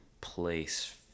place